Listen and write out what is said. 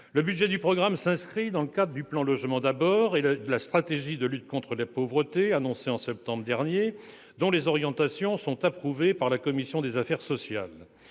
Le budget du programme s'inscrit dans le cadre du plan Logement d'abord et de la stratégie de lutte contre la pauvreté annoncée en septembre dernier, dont les orientations sont approuvées par la commission des affaires sociales.